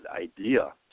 idea